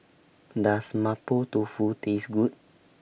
Does Mapo Tofu Taste Good